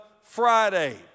Friday